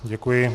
Děkuji.